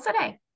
today